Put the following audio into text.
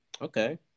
okay